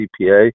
CPA